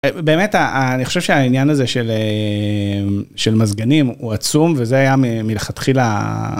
באמת אני חושב שהעניין הזה של מזגנים הוא עצום וזה היה מלכתחילה ה...